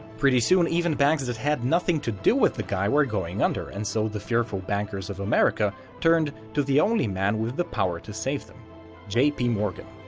pretty soon even banks that had nothing to do with that guy were going under, and so the fearful bankers of america turned to the only man with the power to save them j. p. morgan.